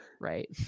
right